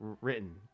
written